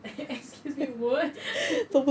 excuse me what